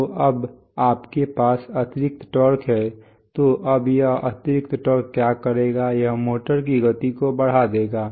तो अब आपके पास अतिरिक्त टॉर्क है तो अब यह अतिरिक्त टॉर्क क्या करेगा यह मोटर की गति को बढ़ा देगा